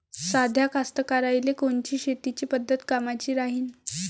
साध्या कास्तकाराइले कोनची शेतीची पद्धत कामाची राहीन?